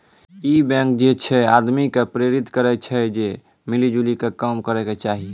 इ बैंक जे छे आदमी के प्रेरित करै छै जे मिली जुली के काम करै के चाहि